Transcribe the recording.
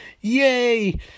yay